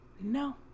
no